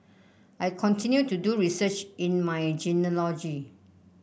I continue to do research in my genealogy